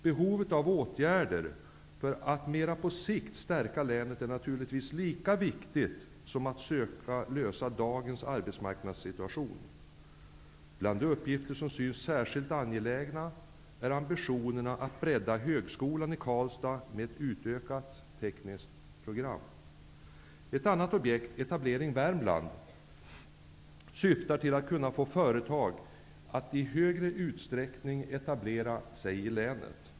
Behovet av åtgärder för att mera på sikt stärka länet är naturligtvis lika viktigt att tillgodose som att söka lösa dagens arbetsmarknadsproblem. Bland de uppgifter som synes särskilt angelägna är ambitionerna att bredda Ett annat objekt, ''Etablering Värmland'', syftar till att få företag att i större utsträckning etablera sig i länet.